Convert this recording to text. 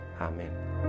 Amen